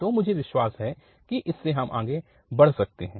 तो मुझे विश्वास है कि इससे हम आगे बढ़ सकते हैं